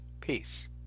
Peace